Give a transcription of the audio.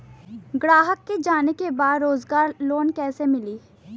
ग्राहक के जाने के बा रोजगार लोन कईसे मिली?